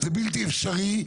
זה בלתי אפשרי.